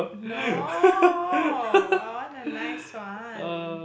no I want a nice one